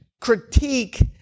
critique